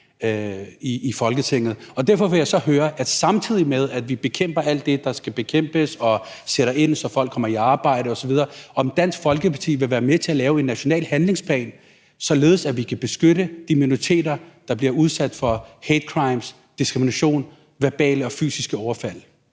i Folketinget. Derfor vil jeg så høre, om Dansk Folkeparti, samtidig med at vi bekæmper alt det, der skal bekæmpes, og sætter ind, så folk kommer i arbejde osv., vil være med til at lave en national handlingsplan, således at vi kan beskytte de minoriteter, der bliver udsat for hate crimes, diskrimination, verbale og fysiske overfald